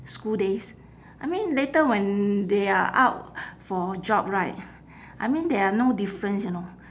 school days I mean later when they are out for job right I mean there are no difference you know